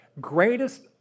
greatest